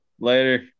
Later